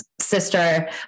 sister